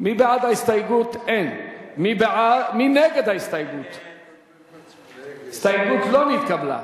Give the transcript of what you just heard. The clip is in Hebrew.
ההסתייגות לא נתקבלה.